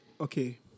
Okay